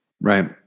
Right